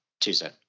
Tuesday